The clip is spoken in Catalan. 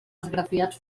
esgrafiats